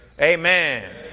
amen